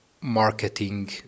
marketing